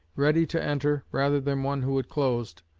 ready to enter, rather than one who had closed,